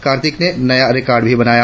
कार्तिक ने नया रिकार्ड भी बनाया